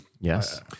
Yes